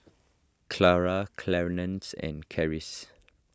Charla Clarnce and Karis